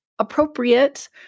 appropriate